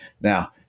Now